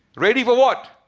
ready for what?